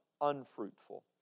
unfruitful